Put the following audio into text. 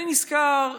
אני נזכר,